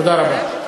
תודה רבה.